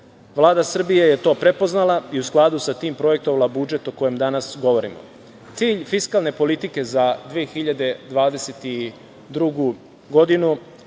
Vlada Srbije je to prepoznala i u skladu sa tim projektovala budžet o kojem danas govorimo. Cilj fiskalne politike za 2022. godinu